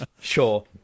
Sure